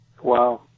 Wow